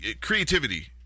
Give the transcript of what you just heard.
creativity